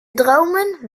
dromen